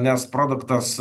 nes produktas